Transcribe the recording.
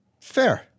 Fair